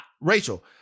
Rachel